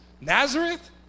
Nazareth